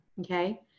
okay